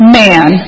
man